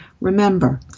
Remember